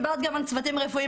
דיברת גם על צוותים רפואיים,